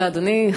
תודה, אדוני.